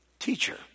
Teacher